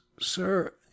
sir